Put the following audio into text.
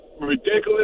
ridiculous